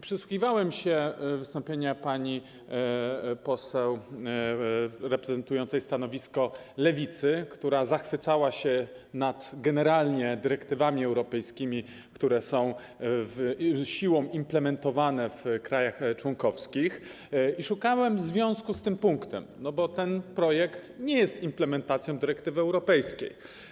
Przysłuchiwałem się wystąpieniu pani poseł reprezentującej stanowisko Lewicy, która generalnie zachwycała się dyrektywami europejskimi, które są siłą implementowane w krajach członkowskich, i szukałem związku z tym punktem, bo ten projekt nie jest implementacją dyrektywy europejskiej.